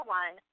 one